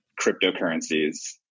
cryptocurrencies